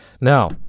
Now